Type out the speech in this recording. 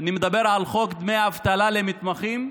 דמי אבטלה למתמחים),